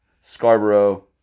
Scarborough